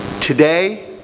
Today